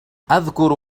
أذكر